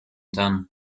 done